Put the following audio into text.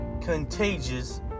contagious